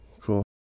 cool